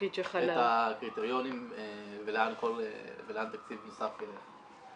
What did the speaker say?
קובעים את הקריטריונים ולאן תקציב נוסף ילך.